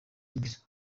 imbere